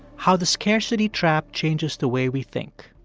how the scarcity trap changes the way we think.